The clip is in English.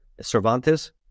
Cervantes